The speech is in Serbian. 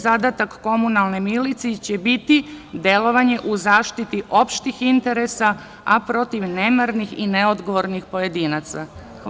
Zadatak komunalne milicije će biti delovanje u zaštiti opštih interesa, a protiv nemarnih i neodgovornih pojedinaca.